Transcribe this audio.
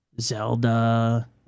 Zelda